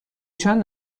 چند